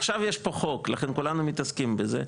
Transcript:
עכשיו יש פה חוק לכן כולנו מתעסקים בזה,